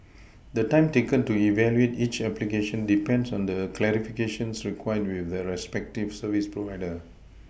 the time taken to evaluate each application depends on the clarifications required with the respective service provider